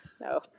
No